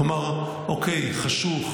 כלומר חשוך,